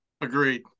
Agreed